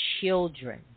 children